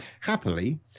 Happily